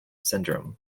syndrome